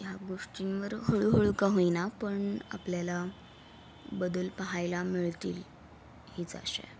ह्या गोष्टींवर हळूहळू का होईना पण आपल्याला बदल पाहायला मिळतील हीच आशा आहे